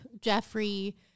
Jeffrey